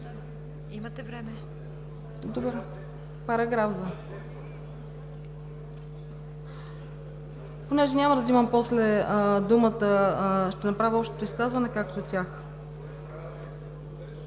Имате време. ИРЕНА ДИМОВА: Понеже няма да взимам после думата, ще направя общото изказване, както тях.